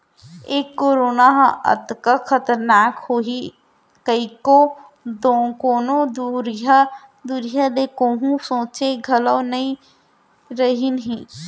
ए corona ह अतका खतरनाक होही कइको कोनों दुरिहा दुरिहा ले कोहूँ सोंचे घलौ नइ रहिन हें